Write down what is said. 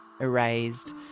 erased